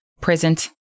present